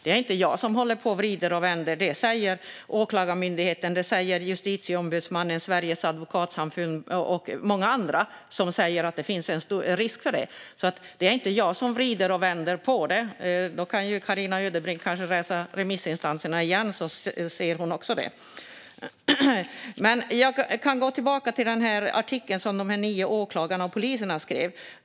Det är inte jag som håller på och vrider och vänder på det, utan det är Åklagarmyndigheten, Justitieombudsmannen, Sveriges advokatsamfund och många andra som säger att det finns en stor risk för det. Det är alltså inte jag som vrider och vänder på det. Carina Ödebrink kanske kan läsa remissyttrandena igen, så ser hon också det. Jag vill gå tillbaka till den artikel som de nio åklagarna och poliserna skrev.